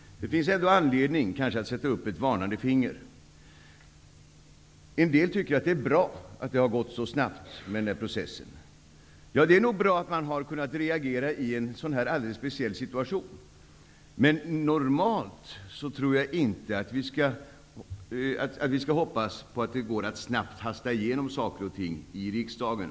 Det finns emellertid anledning att sätta upp ett varnande finger. En del tycker att det är bra att det har gått så snabbt med den här processen. Ja, det är nog bra att man har kunnat reagera i en sådan här speciell situation. Men normalt tror jag inte att vi skall hoppas på att det skall gå att snabbt hasta igenom saker och ting i riksdagen.